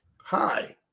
Hi